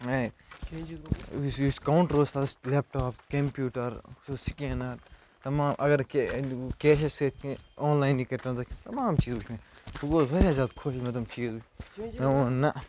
مےٚ یُس یُس کَاونٛٹَر اوس تَتیٚس لیٚپ ٹاپ کمپیٛوٗٹَر سُہ سِکینَر تَمام اَگر کیٚنٛہہ کیٚنٛہہ آسہِ ہے کیٚنٛہہ آن لاینٕے کرِ ٹرٛانٛزکشَن تَمام چیٖز وُچھۍ مےٚ بہٕ گوس واریاہ زیادٕ خۄش ییٚلہِ مےٚ تِم چیٖز وُچھۍ مےٚ ووٚن نَہ